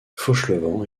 fauchelevent